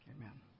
Amen